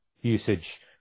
usage